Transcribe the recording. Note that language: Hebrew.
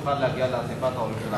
תוכל להגיע לאספת ההורים של הבת שלה.